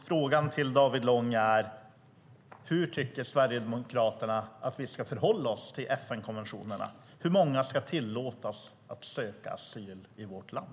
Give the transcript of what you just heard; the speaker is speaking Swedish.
Frågan till David Lång är: Hur tycker Sverigedemokraterna att vi ska förhålla oss till FN-konventionerna? Hur många ska tillåtas söka asyl i vårt land?